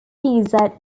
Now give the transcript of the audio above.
guide